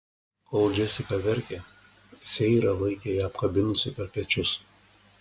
kol džesika verkė seira laikė ją apkabinusi per pečius